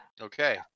Okay